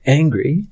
angry